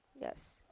Yes